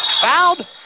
Fouled